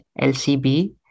LCB